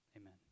Amen